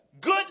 Good